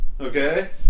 Okay